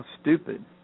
stupid